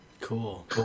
Cool